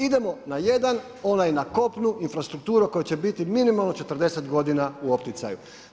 Idemo na jedan, onaj na kopnu, infrastruktura koja će biti minimalno 40 godina u opticaju.